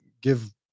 give